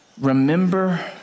remember